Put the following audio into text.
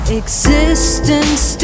existence